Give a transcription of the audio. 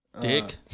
Dick